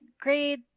grade